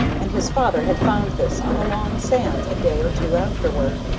and his father had found this on the long sands a day or two afterward.